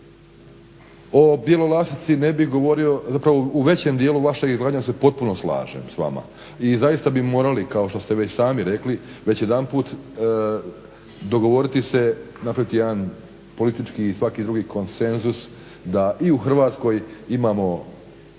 O Bjelolasici ne bih govorio, zapravo u većem dijelu vašeg izlaganja se potpuno slažem s vama i zaista bi morali kao što ste već sami rekli, već jedanput dogovoriti se, napraviti jedan politički i svaki drugi konsenzus da i u Hrvatskoj imamo